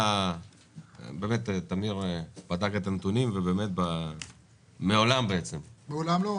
טמיר בדק את הנתונים ומעולם --- מעולם לא.